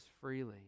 freely